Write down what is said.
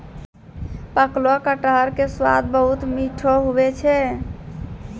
पकलो कटहर के स्वाद बहुत मीठो हुवै छै